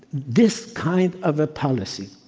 this kind of a policy,